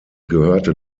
gehörte